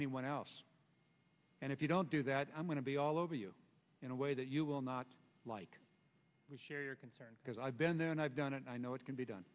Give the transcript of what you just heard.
anyone else and if you don't do that i'm going to be all over you in a way that you will not like we share your concern because i've been there and i've done it i know it can be done